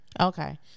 Okay